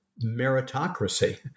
meritocracy